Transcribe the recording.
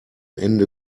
ende